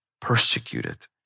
persecuted